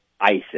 ISIS